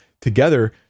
together